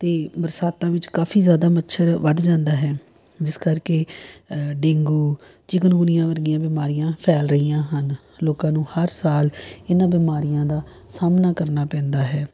ਅਤੇ ਬਰਸਾਤਾਂ ਵਿੱਚ ਕਾਫੀ ਜ਼ਿਆਦਾ ਮੱਛਰ ਵੱਧ ਜਾਂਦਾ ਹੈ ਜਿਸ ਕਰਕੇ ਡੇਂਗੂ ਚਿਕਨਗੁਨੀਆ ਵਰਗੀਆਂ ਬਿਮਾਰੀਆਂ ਫੈਲ ਰਹੀਆਂ ਹਨ ਲੋਕਾਂ ਨੂੰ ਹਰ ਸਾਲ ਇਹਨਾਂ ਬਿਮਾਰੀਆਂ ਦਾ ਸਾਹਮਣਾ ਕਰਨਾ ਪੈਂਦਾ ਹੈ